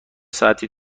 ساعتی